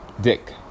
dick